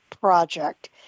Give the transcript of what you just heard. project